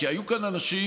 היו כאן אנשים,